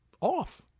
off